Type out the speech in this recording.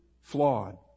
flawed